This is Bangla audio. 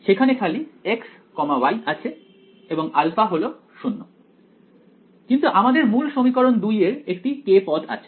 সেখানে খালি x y আছে এবং α হল 0 কিন্তু আমাদের মূল সমীকরণ 2 এর একটি k পদ আছে